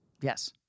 Yes